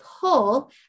pull